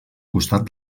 costat